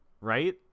right